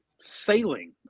sailing